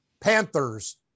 Panthers